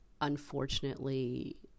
unfortunately